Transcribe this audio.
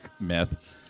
myth